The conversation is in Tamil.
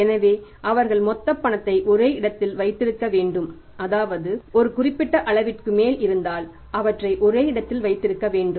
எனவே அவர்கள் மொத்த பணத்தை ஒரே இடத்தில் வைத்திருக்க வேண்டும் அதாவது ஒரு குறிப்பிட்ட அளவிற்கு மேல் இருந்தால் அவற்றை ஒரே இடத்தில் வைத்திருக்க வேண்டும்